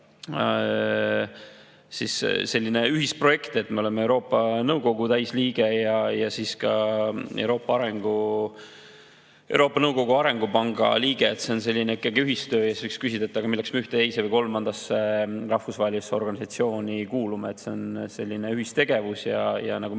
on selline ühisprojekt, et me oleme Euroopa Nõukogu täisliige ja siis ka Euroopa Nõukogu Arengupanga liige. See on ikkagi ühistöö. Siis võiks küsida, et milleks me ühte, teise või kolmandasse rahvusvahelisse organisatsiooni kuulume. See on selline ühistegevus, ja nagu